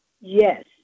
Yes